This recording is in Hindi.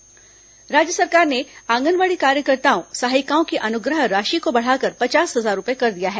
आंगनबाड़ी अनुग्रह राशि राज्य सरकार ने आंगनबाड़ी कार्यकर्ताओं सहायिकाओं की अनुग्रह राशि को बढ़ाकर पचास हजार रूपए कर दिया है